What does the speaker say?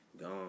gone